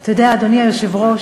אתה יודע, אדוני היושב-ראש,